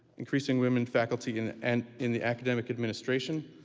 increasing women faculty and and in the academic administration,